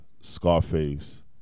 Scarface